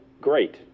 great